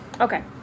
Okay